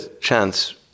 chance